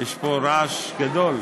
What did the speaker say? השוהים הבלתי-חוקיים